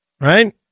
Right